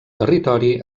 territori